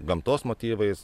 gamtos motyvais